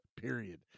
period